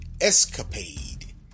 escapade